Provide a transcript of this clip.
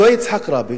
אותו יצחק רבין,